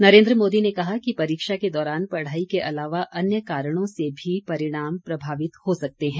नरेंद्र मोदी ने कहा कि परीक्षा के दौरान पढ़ाई के अलावा अन्य कारणों से भी परिणाम प्रभावित हो सकते हैं